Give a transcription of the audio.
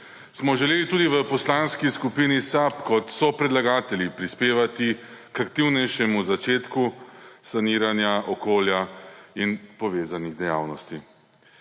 smo želeli tudi v Poslanski skupini SAB kot sopredlagatelji prispevati k aktivnejšemu začetku saniranja okolja in povezanih dejavnosti.